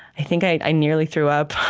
i think i nearly threw up.